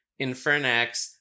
Infernax